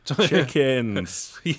Chickens